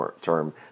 term